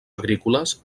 agrícoles